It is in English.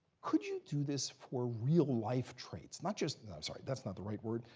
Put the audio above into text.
could you do this for real life traits? not just no, i'm sorry, that's not the right word.